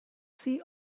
see